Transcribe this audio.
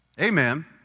Amen